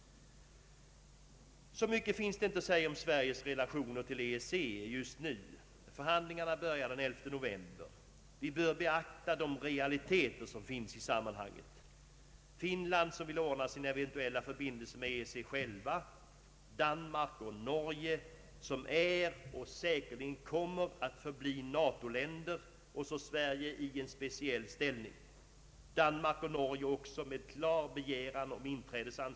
Så mycket finns inte att säga just nu om Sveriges relationer till EEC. Förhandlingarna börjar den 11 november. Vi bör beakta de realiteter som finns i sammanhanget: Finland som vill ordna sina eventuella förbindelser med EEC enskilt, Danmark och Norge som är och säkerligen kommer att förbli NATO länder och så Sverige i en speciell ställning. Danmark och Norge har också klart ansökt om inträde.